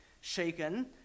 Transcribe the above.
shaken